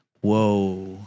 Whoa